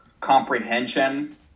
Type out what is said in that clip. comprehension